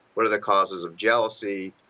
what are the causes of jealousy,